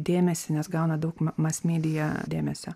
dėmesį nes gauna daug ma mas media dėmesio